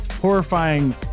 horrifying